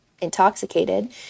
intoxicated